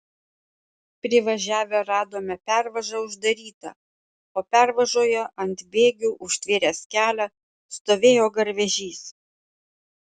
privažiavę radome pervažą uždarytą o pervažoje ant bėgių užtvėręs kelią stovėjo garvežys